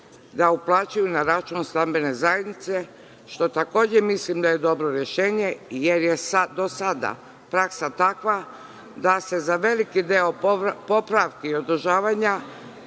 da uplaćuju na račun stambene zajednice, što takođe mislim da je dobro rešenje, jer je do sada praksa takva, da se za veliki deo popravki i održavanja